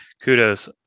kudos